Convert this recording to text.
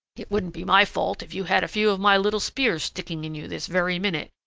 it wouldn't be my fault if you had a few of my little spears sticking in you this very minute,